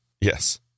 Yes